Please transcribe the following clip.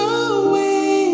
away